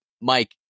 Mike